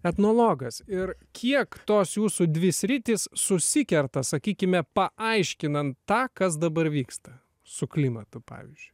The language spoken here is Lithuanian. etnologas ir kiek tos jūsų dvi sritys susikerta sakykime paaiškinant tą kas dabar vyksta su klimatu pavyzdžiui